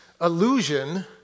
illusion